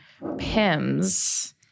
pims